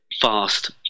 fast